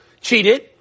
cheated